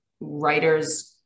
writers